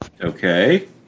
Okay